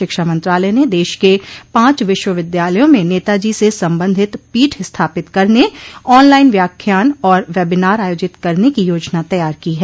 शिक्षा मंत्रालय ने देश के पांच विश्व विद्यालयों में नेताजी से संबंधित पीठ स्थापित करने ऑनलाइन व्याख्यान और वेबिनार आयोजित करने की योजना तैयार की है